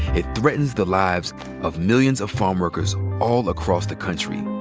it threatens the lives of millions of farmworkers all across the country.